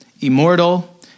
immortal